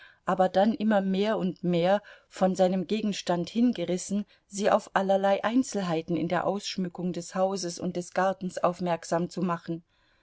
aber dann immer mehr und mehr von seinem gegenstand hingerissen sie auf allerlei einzelheiten in der ausschmückung des hauses und des gartens aufmerksam zu machen